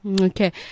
Okay